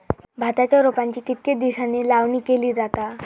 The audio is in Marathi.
भाताच्या रोपांची कितके दिसांनी लावणी केली जाता?